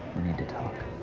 we need to talk.